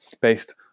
based